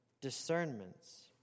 discernments